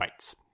bytes